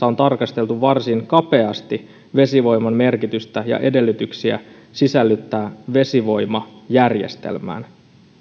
on tarkasteltu varsin kapeasti vesivoiman merkitystä ja edellytyksiä sisällyttää vesivoima järjestelmään